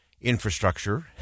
infrastructure